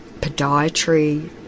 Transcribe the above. podiatry